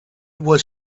was